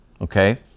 okay